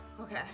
Okay